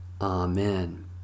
Amen